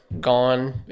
gone